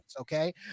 okay